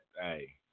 hey